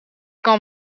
kan